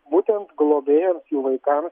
būtent globėjams jų vaikams